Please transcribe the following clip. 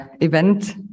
event